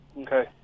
Okay